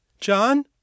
John